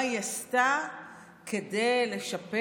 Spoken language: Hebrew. מה היא עשתה כדי לשפר